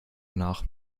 nach